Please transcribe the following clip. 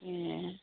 ए